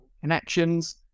connections